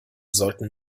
sollten